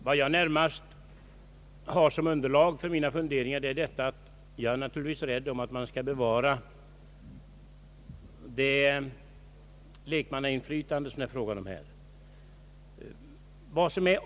Vad jag närmast har som underlag för mina funderingar är att jag naturligtvis är angelägen om att man skall bevara det lekmannainflytande som det här gäller.